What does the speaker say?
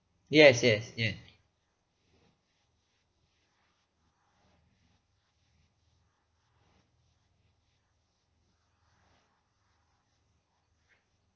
yes yes yes